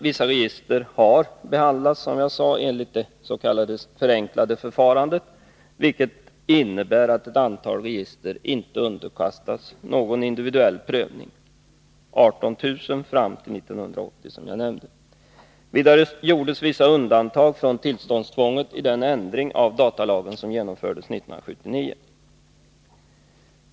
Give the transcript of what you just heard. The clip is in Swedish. Vissa register har behandlats enligt det s.k. förenklade förfarandet, vilket innebär att ett antal register inte underkastats någon individuell prövning. Det gäller 18 000 fram till 1980.